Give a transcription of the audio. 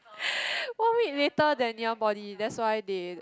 one week later than Ngee-Ann Poly that's why they